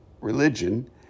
religion